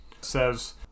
says